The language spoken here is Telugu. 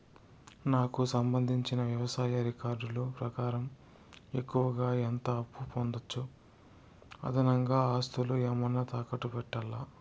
నాకు సంబంధించిన వ్యవసాయ రికార్డులు ప్రకారం ఎక్కువగా ఎంత అప్పు పొందొచ్చు, అదనంగా ఆస్తులు ఏమన్నా తాకట్టు పెట్టాలా?